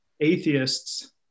atheists